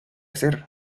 ser